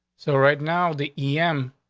so right now the e. m.